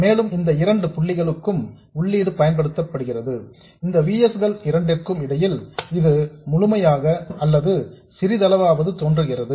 மேலும் இந்த இரண்டு புள்ளிகளுக்கும் உள்ளீடு பயன்படுத்தப்படுகிறது இந்த V s கள் இரண்டிற்கும் இடையில் இது முழுமையாக அல்லது சிறிதளவாவது தோன்றுகிறது